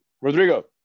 Rodrigo